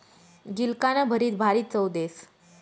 गिलकानं भरीत भारी चव देस